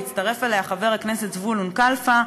והצטרף אליה חבר הכנסת זבולון כלפה.